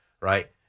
right